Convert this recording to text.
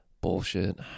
bullshit